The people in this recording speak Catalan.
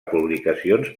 publicacions